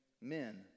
men